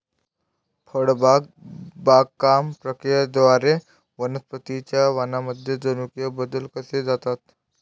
फळबाग बागकाम प्रक्रियेद्वारे वनस्पतीं च्या वाणांमध्ये जनुकीय बदल केले जातात